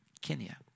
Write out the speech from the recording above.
Kenya